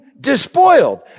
despoiled